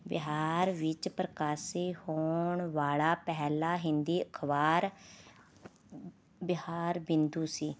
ਬਿਹਾਰ ਵਿੱਚ ਪ੍ਰਕਾਸ਼ੀ ਹੋਣ ਵਾਲਾ ਪਹਿਲਾ ਹਿੰਦੀ ਅਖ਼ਬਾਰ ਬਿਹਾਰਬਿੰਦੂ ਸੀ